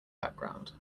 background